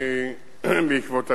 בעקבות הדוח,